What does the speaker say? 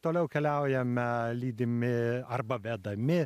toliau keliaujame lydimi arba vedami